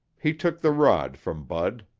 he took the rod from bud.